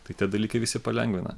tai tie dalykai visi palengvina